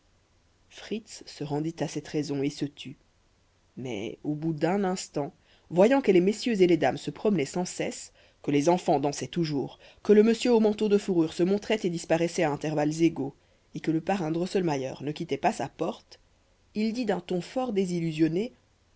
fritz se rendit à cette raison et se tut mais au bout d'un instant voyant que les messieurs et les dames se promenaient sans cesse que les enfants dansaient toujours que le monsieur au manteau de fourrures se montrait et disparaissait à intervalles égaux et que le parrain drosselmayer ne quittait pas sa porte il dit d'un ton fort désillusionné